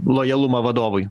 lojalumą vadovui